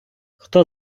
хто